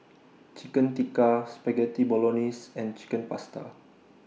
Chicken Tikka Spaghetti Bolognese and Chicken Pasta